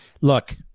Look